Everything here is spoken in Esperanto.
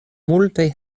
multaj